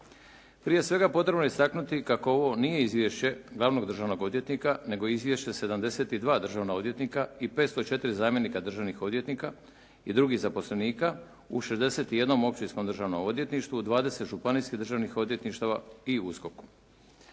Prije svega, potrebno je istaknuti kako ovo nije izvješće glavnog državnog odvjetnika nego izvješće 72 državna odvjetnika i 504 zamjenika državnih odvjetnika i drugih zaposlenika u 61 općinskom državnom odvjetništvu, 20 županijskih državnih odvjetništava i USKOK-u.